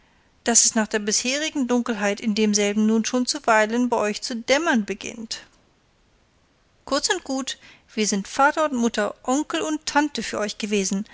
daß es nach der bisherigen dunkelheit in demselben nun schon zuweilen bei euch zu dämmern beginnt kurz und gut wir sind vater und mutter onkel und tante für euch gewesen